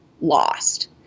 lost